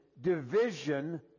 division